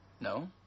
No